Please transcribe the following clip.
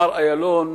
מר אילון,